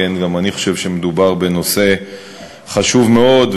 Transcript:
שכן גם אני חושב שמדובר בנושא חשוב מאוד,